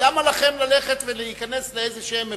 למה לכם ללכת ולהיכנס לאיזשהם מבוכים,